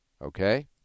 Okay